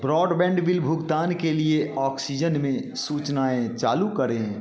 broadband bill भुगतान के लिए ऑक्सीजन में सूचनाएँ चालू करें